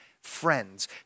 friends